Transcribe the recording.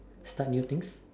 start new things